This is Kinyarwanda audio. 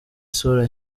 isura